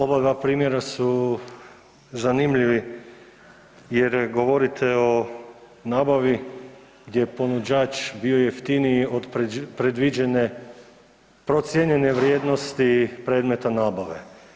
Oba dva primjera su zanimljivi jer govorite o nabavi gdje je ponuđač bio jeftiniji od predviđene procijenjene vrijednosti predmeta nabave.